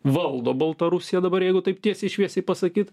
valdo baltarusiją dabar jeigu taip tiesiai šviesiai pasakyt